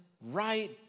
right